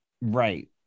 Right